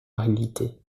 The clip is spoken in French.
réalité